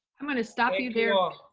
i'm gonna stop you there. ah